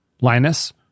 Linus